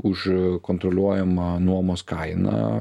už kontroliuojamą nuomos kainą